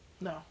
No